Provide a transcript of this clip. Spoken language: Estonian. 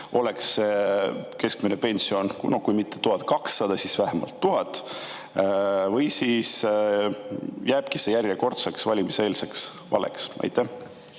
oleks keskmine pension kui mitte 1200, siis vähemalt 1000? Või jääb see järjekordseks valimiseelseks valeks? Aitäh!